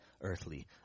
earthly